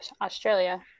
Australia